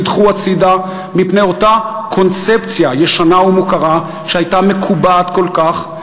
נדחו הצדה מפני אותה קונספציה ישנה ומוכרה שהייתה מקובעת כל כך,